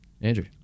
Andrew